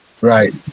Right